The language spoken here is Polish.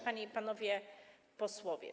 Panie i Panowie Posłowie!